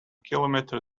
kilometre